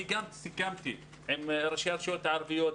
אני סיכמתי עם ראשי הרשויות הערביות,